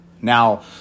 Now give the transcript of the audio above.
Now